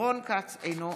אינה נוכחת רות וסרמן לנדה,